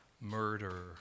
murder